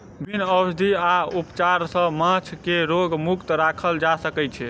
विभिन्न औषधि आ उपचार सॅ माँछ के रोग मुक्त राखल जा सकै छै